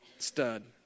Stud